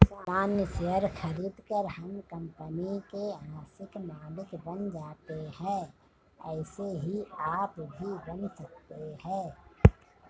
सामान्य शेयर खरीदकर हम कंपनी के आंशिक मालिक बन जाते है ऐसे ही आप भी बन सकते है